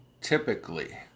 typically